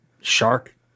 shark